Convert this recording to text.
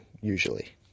usually